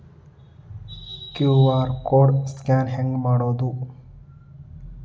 QR code scan ಹೆಂಗ್ ಮಾಡೋದು?